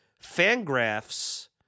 Fangraphs